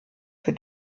für